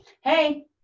Hey